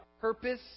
purpose